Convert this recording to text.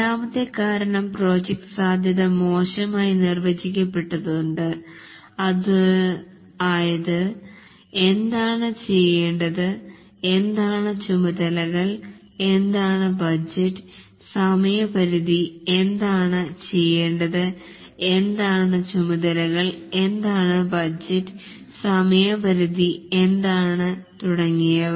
രണ്ടാമത്തെ കാരണം പ്രോജക്ട് സാധ്യത മോശമായി നിർവചിക്കപെട്ടുണ്ട് അതായതു എന്താണ് ചെയ്യേണ്ടത് എന്താണ്ചുമലതകൾ എന്താണ് ബജറ്റ് സമയപരിധി എന്താണ് ചെയ്യേണ്ടത് എന്താണ് ചുമതലകൾ എന്താണ് ബജറ്റ് സമയപരിധി എന്താണ് തുടങ്ങിയവ